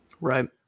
Right